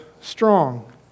strong